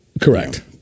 Correct